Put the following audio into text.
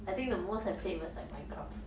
I think the most I played was like minecraft